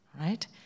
right